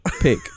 Pick